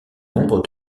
nombre